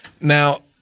Now